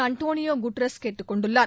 Antonio Guterres கேட்டுக் கொண்டுள்ளார்